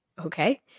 okay